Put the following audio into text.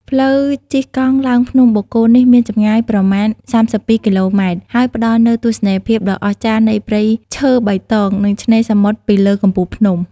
ផ្លូវជិះកង់ឡើងភ្នំបូកគោនេះមានចម្ងាយប្រមាណ ៣២ គីឡូម៉ែត្រ ហើយផ្តល់នូវទស្សនីយភាពដ៏អស្ចារ្យនៃព្រៃឈើបៃតង និងឆ្នេរសមុទ្រពីលើកំពូលភ្នំ។